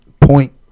Point